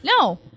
No